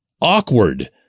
awkward